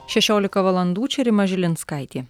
šešiolika valandų čia rima žilinskaitė